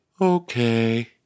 Okay